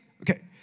Okay